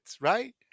right